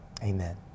Amen